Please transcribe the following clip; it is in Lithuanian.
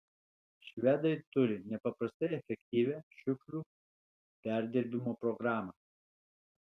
švedai turi nepaprastai efektyvią šiukšlių perdirbimo programą